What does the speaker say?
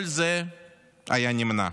כל זה היה נמנע